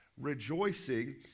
rejoicing